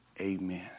amen